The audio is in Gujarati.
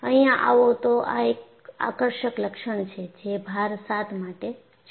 અહીંયા આવો તો આ એક આકર્ષક લક્ષણ છે જે ભાર 7 માટે છે